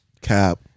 Cap